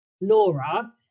laura